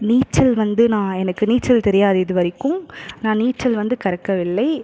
நீச்சல் வந்து நான் எனக்கு நீச்சல் தெரியாது இதுவரைக்கும் நான் நீச்சல் வந்து கற்கவில்லை